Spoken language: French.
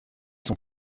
sont